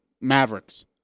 Mavericks